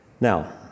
Now